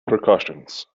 precautions